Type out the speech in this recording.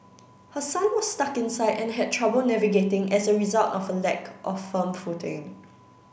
her son was stuck inside and had trouble navigating as a result of a lack of firm footing